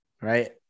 right